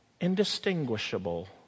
indistinguishable